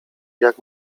jak